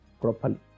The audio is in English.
properly